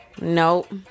Nope